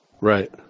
Right